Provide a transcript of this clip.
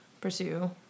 pursue